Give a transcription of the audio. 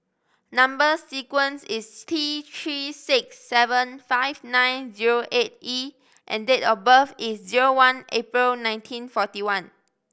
number sequence is T Three six seven five nine zero eight E and date of birth is zero one April nineteen forty one